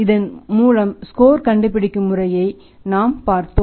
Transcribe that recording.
இதன் மூலம் ஸ்கோர் கண்டுபிடிக்கும் முறையைப் பார்த்தோம்